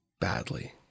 badly